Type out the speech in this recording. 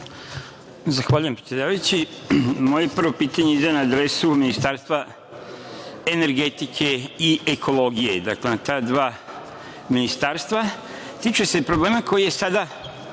Zahvaljujem, predsedavajući. Moje prvo pitanje ide na adresu Ministarstva energetike i ekologije. Dakle na ta dva ministarstva. Tiče se problema koji u